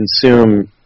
consume